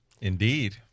Indeed